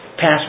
pass